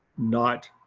not